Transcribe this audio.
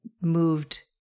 moved